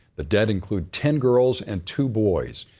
the dead include ten girls and two boys.